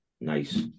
Nice